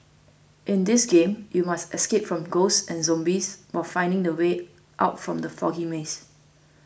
in this game you must escape from ghosts and zombies while finding the way out from the foggy maze